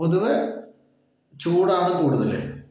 പൊതുവേ ചൂടാണ് കൂടുതല്